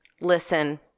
Listen